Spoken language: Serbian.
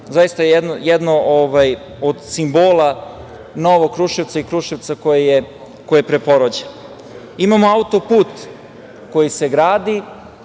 biti jedan od simbola novog Kruševca i Kruševca koji je preporođen. Imamo autoput koji se gradi.